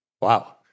Wow